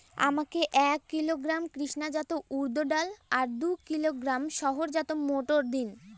আমাকে এক কিলোগ্রাম কৃষ্ণা জাত উর্দ ডাল আর দু কিলোগ্রাম শঙ্কর জাত মোটর দিন?